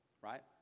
Right